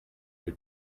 you